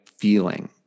feeling